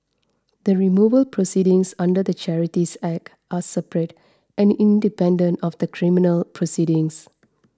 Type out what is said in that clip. the removal proceedings under the Charities Act are separate and independent of the criminal proceedings